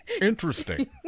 Interesting